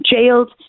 jailed